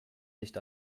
nicht